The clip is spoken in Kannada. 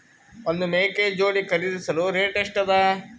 ಒಂದ್ ಮೇಕೆ ಜೋಡಿ ಖರಿದಿಸಲು ರೇಟ್ ಎಷ್ಟ ಅದ?